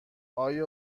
آیا